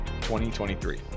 2023